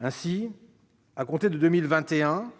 Ainsi, à compter de 2021,